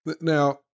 Now